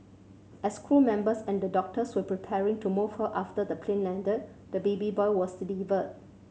as crew members and the doctors were preparing to move her after the plane landed the baby boy was delivered